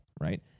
right